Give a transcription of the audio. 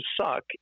suck